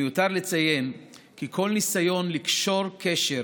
מיותר לציין כי כל ניסיון לקשור קשר